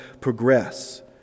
progress